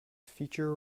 feature